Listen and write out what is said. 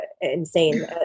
insane